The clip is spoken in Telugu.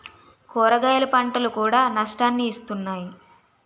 కూరగాయల పంటలు కూడా నష్టాన్ని ఇస్తున్నాయి